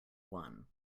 won